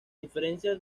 diferencias